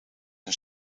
een